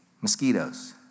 Mosquitoes